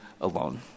alone